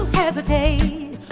hesitate